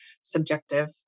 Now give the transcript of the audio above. subjective